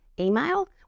Email